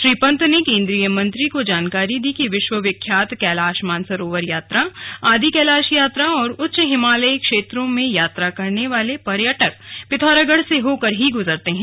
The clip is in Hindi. श्री पंत ने केंद्रीय मंत्री को जानकारी दी कि विश्व विख्यात कैलाश मानसरोवर यात्रा आदि कैलाश यात्रा और उच्च हिमालयी क्षेत्रों में यात्रा करने वाले पर्यटक पिथौरागढ़ से होकर ही ग़जरते हैं